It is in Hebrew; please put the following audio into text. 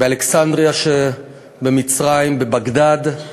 באלכסנדריה שבמצרים, בבגדאד,